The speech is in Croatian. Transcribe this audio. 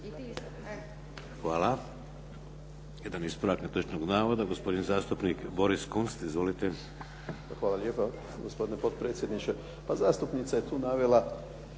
Hvala. Jedan ispravak netočnog navoda, gospodin zastupnik Boris Kunst. Izvolite. **Kunst, Boris (HDZ)** Hvala lijepa gospodine potpredsjedniče. Pa zastupnica je tu navela